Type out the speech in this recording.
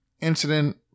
incident